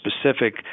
specific